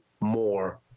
more